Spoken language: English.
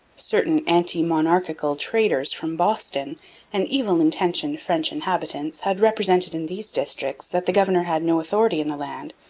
certain anti-monarchical traders from boston and evil-intentioned french inhabitants had represented in these districts that the governor had no authority in the land,